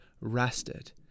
rested